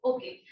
Okay